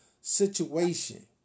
situation